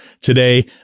today